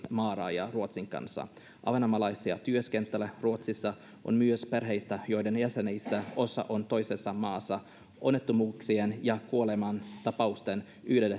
rajaa ruotsin kanssa ahvenanmaalaisia työskentelee ruotsissa on myös perheitä joiden jäsenistä osa on toisessa maassa onnettomuuksien ja kuolemantapausten